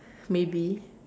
maybe